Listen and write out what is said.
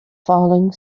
falling